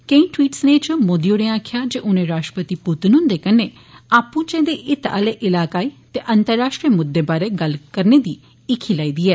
केइएं ट्वीट संदेशें च मोदी होरें आक्खेआ जे उनें राष्ट्रपति पुतिन हुंदे कन्नै आपू चै दे हितै आले इलाकाई ते अंतरराष्ट्रीय मुद्दे बारै गल्लबात करने दी हीखी लाई दी ऐ